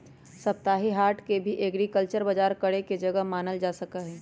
साप्ताहिक हाट के भी एग्रीकल्चरल बजार करे के जगह मानल जा सका हई